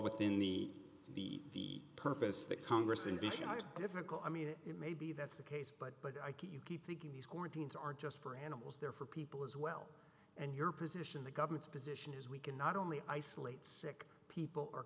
within the the purpose that congress invasion difficult i mean maybe that's the case but but i can't you keep thinking these quarantines are just for animals they're for people as well and your position the government's position is we cannot only isolate sick people or